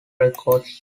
records